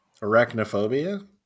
Arachnophobia